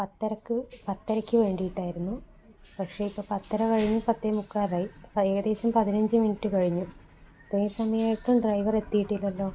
പത്തരയ്ക്ക് പത്തരയ്ക്ക് വേണ്ടിട്ടായിരുന്നു പക്ഷേ ഇപ്പം പത്തര കഴിഞ്ഞ് പത്തേ മുക്കാലായി ഇപ്പം ഏകദേശം പതിനഞ്ച് മിനിറ്റ് കഴിഞ്ഞു ഇത്രയും സമയമായിട്ടും ഡ്രൈവര് എത്തിയിട്ടില്ലല്ലോ